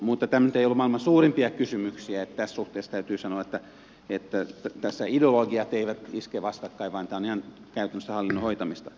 mutta tämä nyt ei ollut maailman suurimpia kysymyksiä niin että tässä suhteessa täytyy sanoa että tässä ideologiat eivät iske vastakkain vaan tämä on ihan käytännössä hallinnon hoitamista